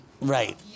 Right